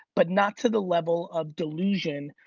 but not to the level of delusion,